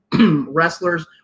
wrestlers